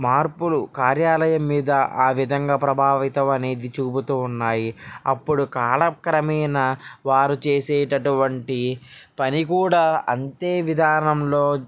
మార్పులు కార్యాలయం మీద ఆ విధంగా ప్రభావితం చూపుతూ వున్నాయి అప్పుడు కాలక్రమేణా వారు చేసేటటువంటి పని కూడా అంతే విధానంలో